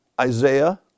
Isaiah